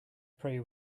prey